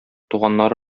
туганнары